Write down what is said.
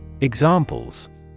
Examples